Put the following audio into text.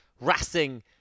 Racing